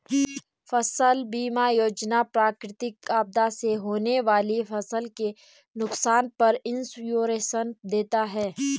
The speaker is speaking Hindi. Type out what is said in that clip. फसल बीमा योजना प्राकृतिक आपदा से होने वाली फसल के नुकसान पर इंश्योरेंस देता है